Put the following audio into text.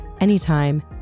anytime